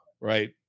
Right